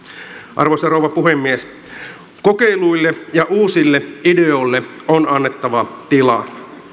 arvoisa rouva puhemies kokeiluille ja uusille ideoille on annettava tilaa